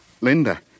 Linda